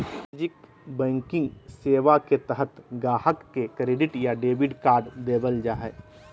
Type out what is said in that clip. वाणिज्यिक बैंकिंग सेवा के तहत गाहक़ के क्रेडिट या डेबिट कार्ड देबल जा हय